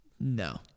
No